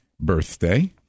birthday